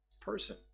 person